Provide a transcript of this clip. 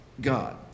God